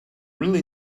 really